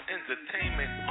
Entertainment